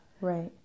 right